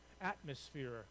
atmosphere